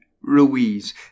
Ruiz